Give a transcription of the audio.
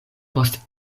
post